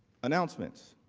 announcements.